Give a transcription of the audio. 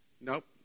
Nope